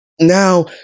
now